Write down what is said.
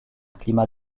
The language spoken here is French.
climat